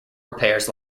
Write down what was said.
repairs